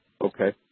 Okay